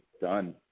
done